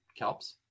kelps